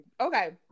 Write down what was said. Okay